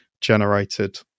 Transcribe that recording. generated